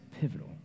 pivotal